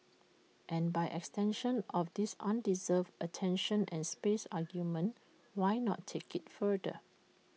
and by extension of this undeserved attention and space argument why not take IT further